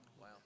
Wow